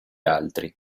altri